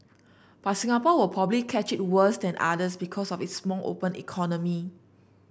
but Singapore will probably catch it worse than others because of its small open economy